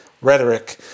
rhetoric